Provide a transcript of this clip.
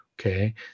Okay